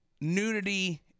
nudity